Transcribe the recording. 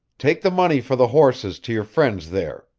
take the money for the horses to your friend there.